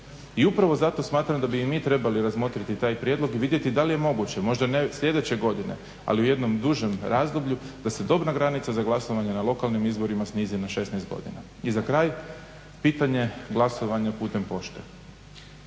I upravo smatram da bi i mi trebali razmotri taj prijedlog i vidjeti da li moguće, možda ne sljedeće godine ali u jednom dužem razdoblju da se dobna granica za glasovanje na lokalnim izborima snizi na 16 godina. I za kraj, pitanje glasovanja putem pošte.